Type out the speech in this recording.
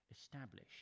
establish